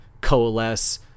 Coalesce